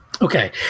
Okay